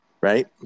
right